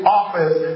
office